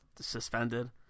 suspended